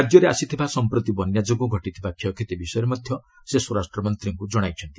ରାଜ୍ୟରେ ଆସିଥିବା ସମ୍ପ୍ରତି ବନ୍ୟାଯୋଗୁଁ ଘଟିଥିବା କ୍ଷୟକ୍ଷତି ବିଷୟରେ ମଧ୍ୟ ସେ ସ୍ୱରାଷ୍ଟ୍ର ମନ୍ତ୍ରୀଙ୍କୁ ଜଣାଇଛନ୍ତି